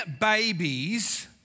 babies